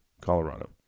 Colorado